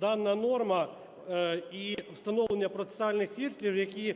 дана норма і встановлення процесуальних фільтрів, які